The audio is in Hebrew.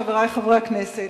חברי חברי הכנסת,